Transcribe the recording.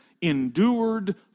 endured